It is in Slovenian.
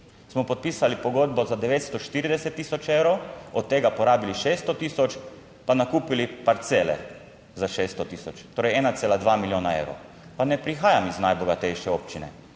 smo podpisali pogodbo za 940 tisoč evrov, od tega porabili 600 tisoč, pa nakupili parcele za 600 tisoč, torej 1,2 milijona evrov. Pa ne prihajam iz najbogatejše občine.